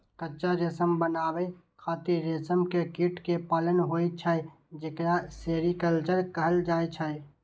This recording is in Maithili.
कच्चा रेशम बनाबै खातिर रेशम के कीट कें पालन होइ छै, जेकरा सेरीकल्चर कहल जाइ छै